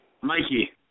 Mikey